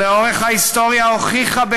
ולאורך ההיסטוריה הוכיחה,